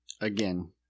again